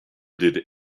did